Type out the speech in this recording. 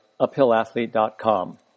uphillathlete.com